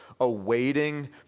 awaiting